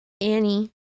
Annie